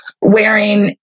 wearing